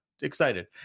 excited